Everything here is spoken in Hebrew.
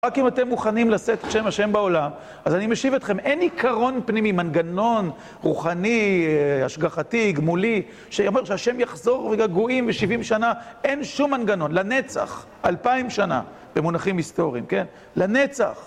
רק אם אתם מוכנים לשאת את שם השם בעולם, אז אני משיב אתכם, אין עיקרון פנימי, מנגנון רוחני, השגחתי, גמולי, שיאמר שהשם יחזור והגויים, שבעים שנה. אין שום מנגנון. לנצח, אלפיים שנה, במונחים היסטוריים, כן? לנצח.